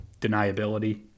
deniability